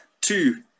Two